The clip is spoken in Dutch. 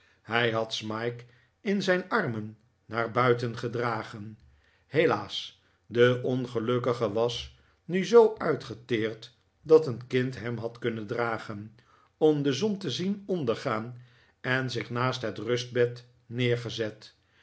hii had smike in zijn armen naar buiten gedragen helaas de ongelukkige was mi zoo uitgeteerd dat een kind hem had kunnen dragen om de zon te z ien ondergaan en zich naast het rustbed neergezet